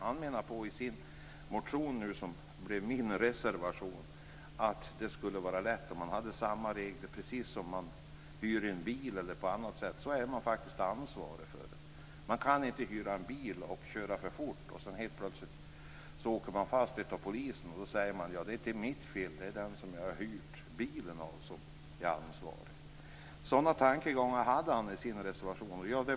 Han menar i sin motion, som blev min reservation, att det skulle vara lätt om man hade samma regler som när man hyr en bil eller på annat sätt. Då är man faktiskt ansvarig för den. Man kan inte hyra en bil, köra för fort, helt plötsligt åka fast för polisen och då säga: Det är inte mitt fel. Det är den som jag har hyrt bilen av som är ansvarig. Sådana tankegångar hade han i sin reservation.